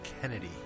Kennedy